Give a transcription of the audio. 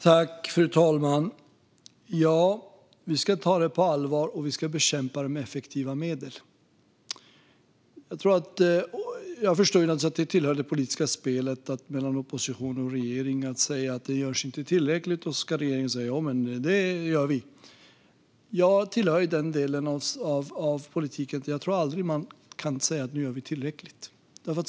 Fru talman! Vi ska ta det på allvar, och vi ska bekämpa det med effektiva medel. Jag förstår naturligtvis att det tillhör det politiska spelet mellan opposition och regering att säga att det inte görs tillräckligt, och så ska regeringen säga att jo, det gör det. Jag tillhör dem som tror att man aldrig kan säga att vi gör tillräckligt.